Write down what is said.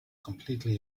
completely